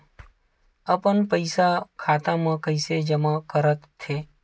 अपन पईसा खाता मा कइसे जमा कर थे?